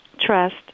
trust